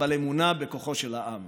אבל אמונה בכוחו של העם